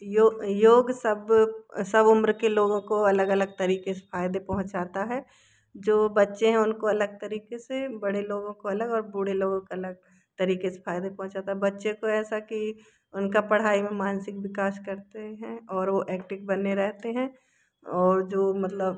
योग सब सब उम्र के लोगों को अलग अलग तरीके से फायदे पहुँचता है जो बच्चे हैं उनको अलग तरीके से बड़े लोगों को अलग और बूढ़े लोगों को अलग तरीके से फायदे पहुँचाता है बच्चे को ऐसा कि उनका पढ़ाई में मानसिक विकास करते हैं और वो एक्टिव बने रहते हैं और जो मतलब